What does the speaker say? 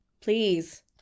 please